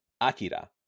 Akira